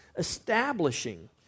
establishing